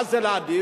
מה זה להעדיף?